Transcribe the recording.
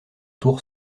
tour